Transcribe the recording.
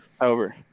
Over